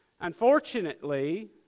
Unfortunately